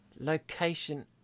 location